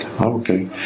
Okay